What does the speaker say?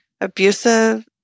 abusive